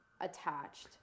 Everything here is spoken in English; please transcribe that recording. attached